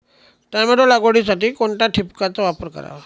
Tomato लागवडीसाठी कोणत्या ठिबकचा वापर करावा?